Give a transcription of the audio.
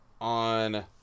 on